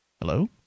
hello